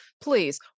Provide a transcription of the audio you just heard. please